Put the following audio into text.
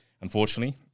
Unfortunately